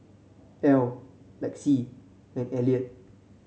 Ell Lexi and Eliot